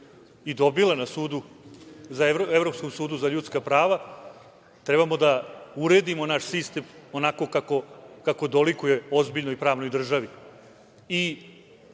i dobila na Evropskom sudu za ljudska prava. Treba da uradimo naš sistem onako kako dolikuje ozbiljnoj pravnoj državi. Mislim